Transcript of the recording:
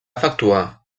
efectuar